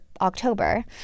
October